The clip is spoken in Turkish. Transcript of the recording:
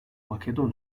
makedon